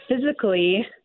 physically